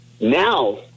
Now